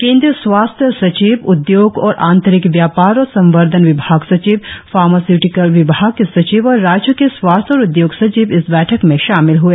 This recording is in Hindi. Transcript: केन्द्रीय स्वास्थ्य सचिव उद्योग और आंतरिक व्यापार और संवर्द्वन विभाग सचिव फार्मास्यूटिकल विभाग के सचिव और राज्यों के स्वास्थ्य और उद्योग सचिव इस बैठक में शामिल हए